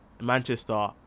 Manchester